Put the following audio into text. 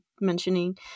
mentioning